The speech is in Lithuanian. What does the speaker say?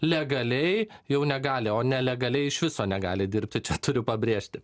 legaliai jau negali o nelegaliai iš viso negali dirbti čia turiu pabrėžti